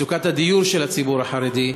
מצוקת הדיור של הציבור החרדי,